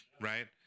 Right